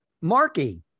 Marky